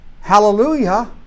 hallelujah